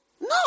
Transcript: No